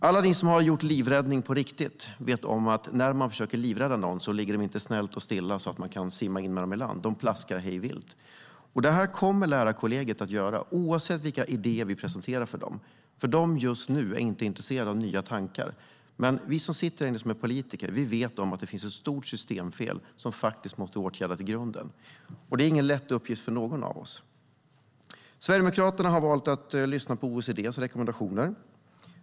Alla vi som har gjort livräddning på riktigt känner till att när man försöker livrädda någon ligger personen inte snällt och stilla, så att man kan simma in med personen till land utan plaskar hejvilt. Det kommer lärarkollegiet att göra oavsett vilka idéer vi presenterar för dem, för de är just nu inte intresserade av nya tankar. Vi som sitter här inne och är politiker känner till att det finns ett stort systemfel som måste åtgärdas i grunden. Det är ingen lätt uppgift för någon av oss. Sverigedemokraterna har valt att lyssna på OECD:s rekommendationer.